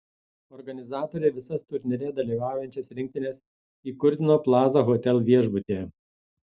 organizatoriai visas turnyre dalyvaujančias rinktines įkurdino plaza hotel viešbutyje